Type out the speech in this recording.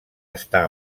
està